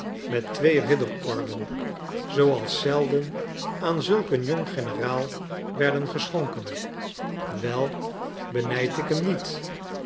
met twee ridderorden zooals zelden aan zulk een jong generaal werden geschonken wel benijd ik hem niet